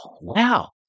Wow